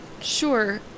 Sure